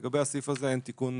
לגבי הסעיף אין תיקון